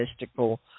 mystical